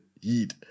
heat